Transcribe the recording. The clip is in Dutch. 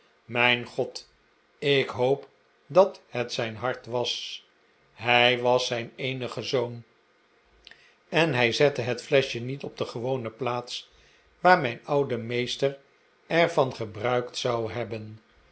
mijn god ik hoop dat het zijn hart was hij was zijn eenige zoon en hij zette het fleschje niet op de gewone plaats waar mijn oude meester er van gebruikt zou hebben